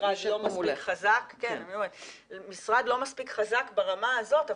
משרד לא מספיק חזק ברמה הזאת,